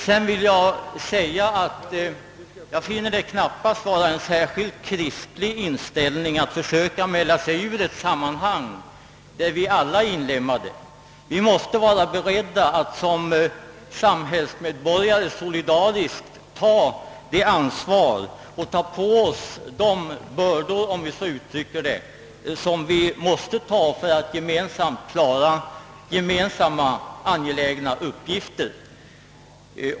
Sedan vill jag säga att jag inte kan anse det vara bevis på en särskilt kristlig inställning att försöka dra sig ur ett sammanhang där vi alla är inlemmade: Vi måste som samhällsmedborgare vara beredda att solidariskt ta ansvaret och ta på oss de bördor som är nödvändiga för att vi skall kunna fullgöra gemensamma angelägna uppgifter.